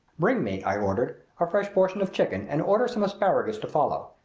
bring me, i ordered, a fresh portion of chicken and order some asparagus to follow.